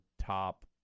top